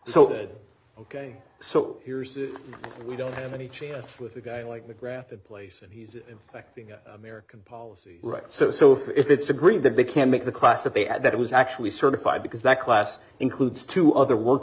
good ok so here's what we don't have any chance with a guy like mcgrath in place and he's acting american policy right so so if it's agreed that they can make the class that they had that it was actually certified because that class includes two other work